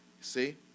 See